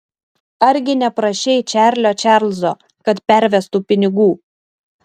argi neprašei čarlio čarlzo kad pervestų pinigų